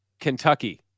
Kentucky –